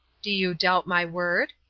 do you doubt my word?